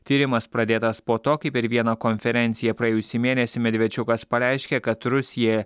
tyrimas pradėtas po to kai per vieną konferenciją praėjusį mėnesį medvečiukas pareiškė kad rusija